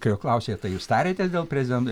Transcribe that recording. kai jo klausė tai jūs tarėtės dėl preziden